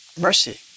Mercy